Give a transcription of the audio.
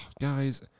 Guys